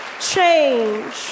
change